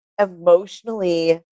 emotionally